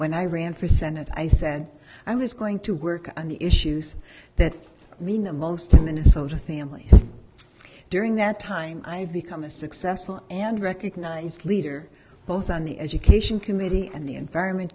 when i ran for senate i said i was going to work on the issues that mean the most to minnesota thing at least during that time i've become a successful and recognized leader both on the education committee and the environment